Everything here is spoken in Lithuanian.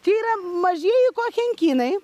čia yra mažieji kochenkinai